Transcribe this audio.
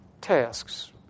tasks